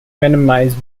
minimize